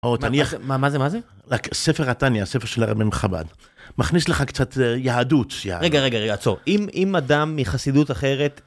מה זה? ספר עתניה, ספר של הרבים חב"ד, מכניס לך קצת יהדות. רגע, רגע, רגע, עצור. אם אדם מחסידות אחרת...